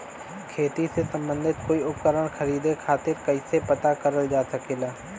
खेती से सम्बन्धित कोई उपकरण खरीदे खातीर कइसे पता करल जा सकेला?